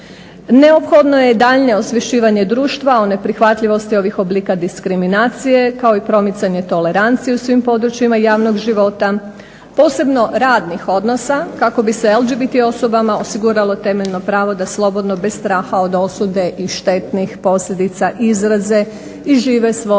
Neophodno je daljnje osvješćivanje društva o neprihvatljivosti ovih oblika diskriminacije kao i promicanje tolerancije u svim područjima javnog života posebno radnih odnosa kako bi se LGBT osobama osiguralo temeljno pravo da slobodno bez straha od osude i štetnih posljedica izraze i žive svoj osobni